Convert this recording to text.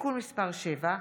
(תיקון מס' 7)